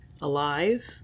alive